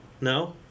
No